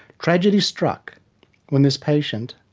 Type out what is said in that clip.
tragedy struck when this patient,